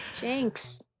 jinx